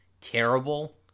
terrible